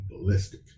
ballistic